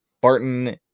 Barton